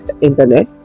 internet